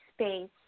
space